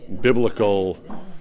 biblical